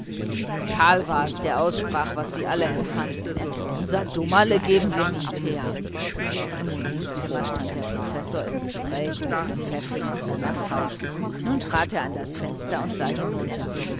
karl war es der aussprach was alle empfanden unser dummerle geben wir nicht her oben am fenster des musikzimmers stand der professor im gespräch mit herrn pfäffling und seiner frau nun trat er an das fenster und sah hinunter